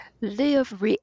Live